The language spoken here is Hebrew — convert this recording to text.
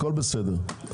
הכול בסדר.